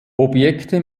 objekte